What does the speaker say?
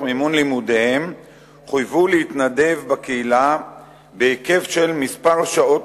מימון לימודיהם חויבו להתנדב בקהילה בהיקף של מספר שעות